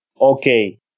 Okay